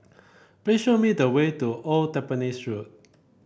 please show me the way to Old Tampines Road